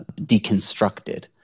deconstructed